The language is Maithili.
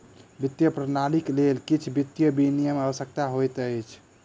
वित्तीय प्रणालीक लेल किछ वित्तीय विनियम आवश्यक होइत अछि